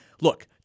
look